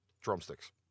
drumsticks